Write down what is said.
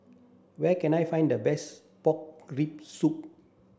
where can I find the best pork rib soup